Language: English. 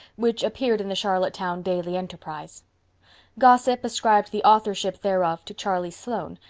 which appeared in the charlottetown daily enterprise gossip ascribed the authorship thereof to charlie sloane,